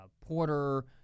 Porter